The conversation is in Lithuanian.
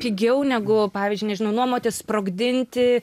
pigiau negu pavyzdžiui nežinau nuomotis sprogdinti